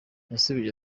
yasubije